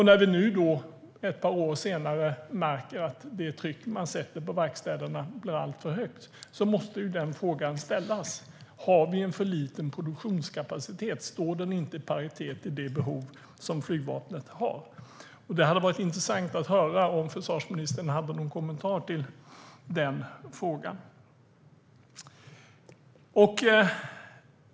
När vi nu ett par år senare märker att trycket på verkstäderna blir alldeles för högt måste frågan ställas: Har vi en för liten produktionskapacitet? Står den inte i paritet till det behov som flygvapnet har? Det hade varit intressant att höra om försvarsministern hade någon kommentar till den frågan.